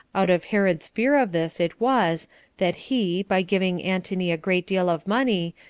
out of herod's fear of this it was that he, by giving antony a great deal of money,